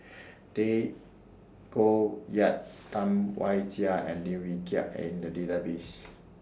Tay Koh Yat Tam Wai Jia and Lim Wee Kiak Are in The Database